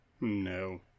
No